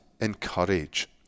Encourage